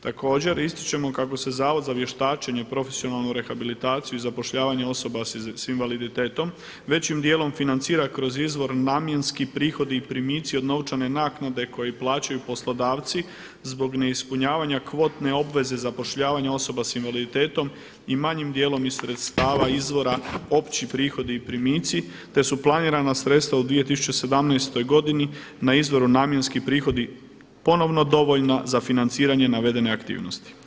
Također ističemo kako se Zavod za vještačenje, profesionalnu rehabilitaciju i zapošljavanje osoba s invaliditetom većim dijelom financira kroz izvor – Namjenski prihodi i primitci od novčane naknade koji plaćaju poslodavci zbog neispunjavanje kvotne obveze zapošljavanja osoba s invaliditetom i manjim dijelom iz sredstava izvora – Opći prihodi i primitci, te su planirana sredstva u 2017. godini na izvoru – Namjenski prihodi, ponovno dovoljna za financiranje navedene aktivnosti.